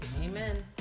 Amen